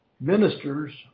ministers